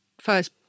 first